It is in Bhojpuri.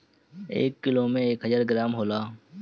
एक किलोग्राम में एक हजार ग्राम होला